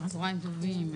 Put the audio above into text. צהרים טובים.